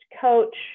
coach